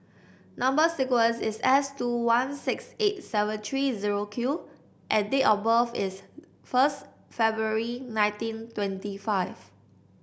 number sequence is S two one six eight seven three zero Q and date of birth is first February nineteen twenty five